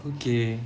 okay